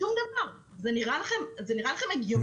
זה נראה לכם הגיוני?